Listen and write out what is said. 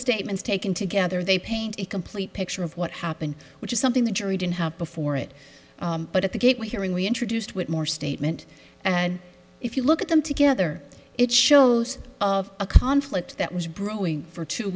statements taken together they paint a complete picture of what happened which is something the jury didn't have before it but at the gate we're hearing we introduced whitmore statement and if you look at them together it shows of a conflict that was brewing for two